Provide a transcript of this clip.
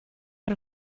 out